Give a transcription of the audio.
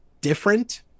different